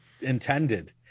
intended